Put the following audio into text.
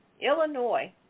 Illinois